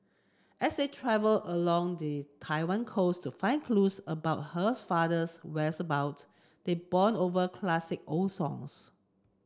as they travel along the Taiwan coast to find clues about hers father's whereabouts they bond over classic old songs